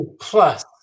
plus